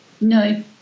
no